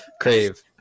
Crave